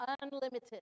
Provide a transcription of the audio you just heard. unlimited